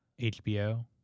HBO